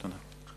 תודה.